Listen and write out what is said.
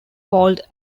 called